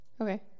Okay